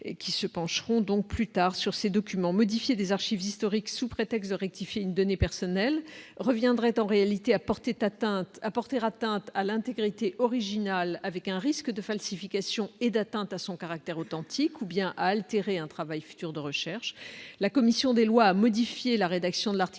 qui se pencheront donc plus tard sur ces documents, modifier des archives historiques, sous prétexte de rectifier une donnée personnelle reviendrait en réalité à portait atteinte à porter atteinte à l'intégrité original avec un risque de falsification et d'atteinte à son caractère authentique ou bien à altérer un travail futur de recherche, la commission des lois à modifier la rédaction de l'article